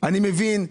אני מבין,